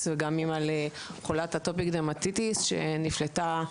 וגם אימא לחולת אטופיק דרמטיסיס שנפלטה,